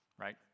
Right